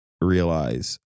realize